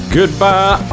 Goodbye